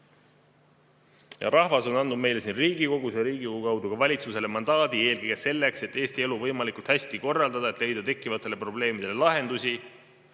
Rahvas on andnud meile siin Riigikogus ja Riigikogu kaudu ka valitsusele mandaadi eelkõige selleks, et Eesti elu võimalikult hästi korraldada, et leida tekkivatele probleemidele lahendusi.